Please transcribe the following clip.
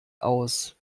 aus